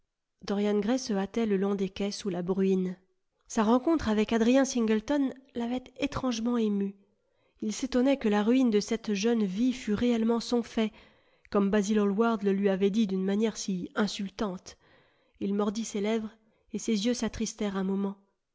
dorian gray se bâtait le long des quais sous la bruine sa rencontre avec adrien singleton l'avait étrangement ému il s'étonnait que la ruine de cette jeune vie fût réellement son fait comme basil hallward le lui avait dit d'une manière si insultante il mordit ses lèvres et ses yeux s'attristèrent un moment